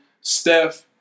Steph